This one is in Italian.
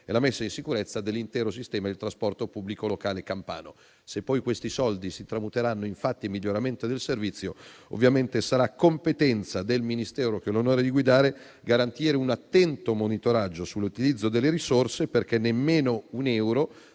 e la messa in sicurezza dell'intero sistema del trasporto pubblico locale campano. Se poi questi soldi si tramuteranno in fatti e miglioramento del servizio, ovviamente sarà competenza del Ministero che ho l'onore di guidare garantire un attento monitoraggio sull'utilizzo delle risorse, perché nemmeno un euro